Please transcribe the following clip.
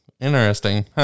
Interesting